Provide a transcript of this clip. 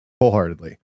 wholeheartedly